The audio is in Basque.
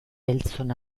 beltzon